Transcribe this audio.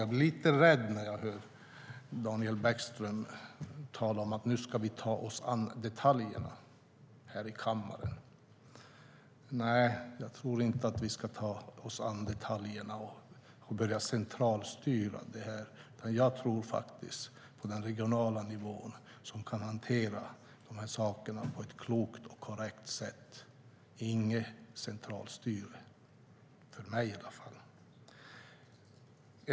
Jag blir lite rädd när jag hör Daniel Bäckström tala om att vi ska ta oss an detaljerna här i kammaren. Nej, jag tror inte att vi ska ta oss an detaljerna och börja centralstyra. Jag tror på den regionala nivån och att den kan hantera dessa saker på ett klokt och korrekt sätt. Det blir inget centralstyre för mig i alla fall.